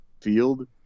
field